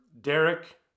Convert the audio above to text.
Derek